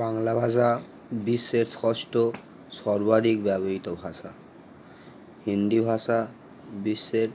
বাংলা ভাষা বিশ্বের ষষ্ঠ সর্বাধিক ব্যবহৃত ভাষা হিন্দি ভাষা বিশ্বের